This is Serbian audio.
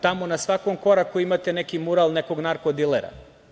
Tamo na svakom koraku imate neki mural nekog narko dilera.